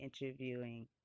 interviewing